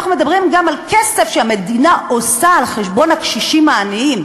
אנחנו מדברים גם על כסף שהמדינה עושה על חשבון הקשישים העניים.